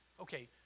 Okay